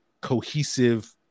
cohesive